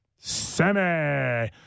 Semi